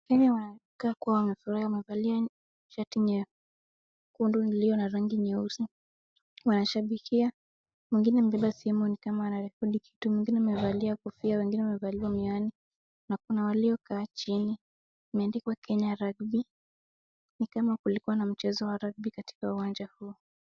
Wanaonekana kuwa wamefurahia, wamevalia shati nyekundu iliyo na rangi nyeusi. Wanashabikia. Mwingine amebeba simu ni kama anarekodi kitu. Mwingine amevalia kofia. Wengine wamevaa miwani na kuna waliokaa chini. Imeandikwa Kenya Rugby . Ni kama kulikuwa na mchezo wa rugby katika uwanja huo.